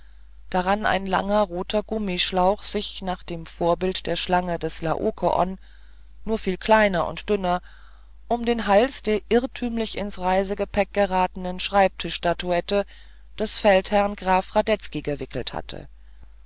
daran ein langer roter gummischlauch sich nach dem vorbild der seeschlange des laokoon nur viel kleiner und dünner um den hals der irrtümlich ins reisegepäck geratenen schreibtischstatuette des feldherrn graf radetzky gewickelt hatte